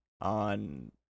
on